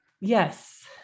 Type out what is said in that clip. yes